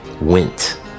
went